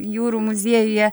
jūrų muziejuje